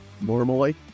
normally